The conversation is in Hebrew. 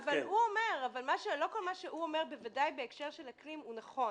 הוא אומר אבל לא כל מה שהוא אומר ובוודאי בהקשר של אקלים הוא נכון.